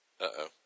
Uh-oh